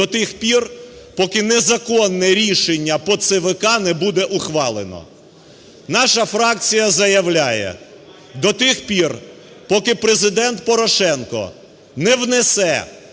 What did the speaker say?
до тих пір, поки незаконне рішення по ЦВК не буде ухвалено. Наша фракція заявляє, до тих пір, поки Президент Порошенко не внесе